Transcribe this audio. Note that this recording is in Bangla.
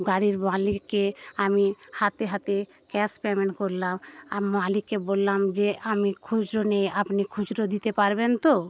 গাড়ির মালিককে আমি হাতে হাতে ক্যাশ পেমেন্ট করলাম আমি মালিককে বললাম যে আমি খুচরো নেই আপনি খুচরো দিতে পারবেন তো